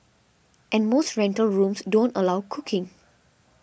and most rental rooms don't allow cooking